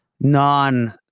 non